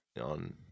on